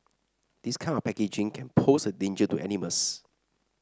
this kind of packaging can pose a danger to animals